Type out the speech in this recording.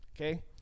Okay